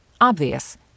Obvious